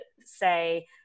say